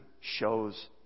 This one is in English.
shows